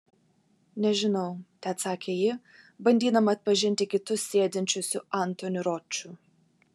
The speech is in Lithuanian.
nežinau teatsakė ji bandydama atpažinti kitus sėdinčius su antoniu roču